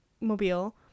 mobile